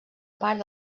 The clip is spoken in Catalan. part